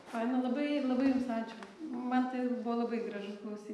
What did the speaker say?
faina labai labai jums ačiū man tai buvo labai gražu klausyt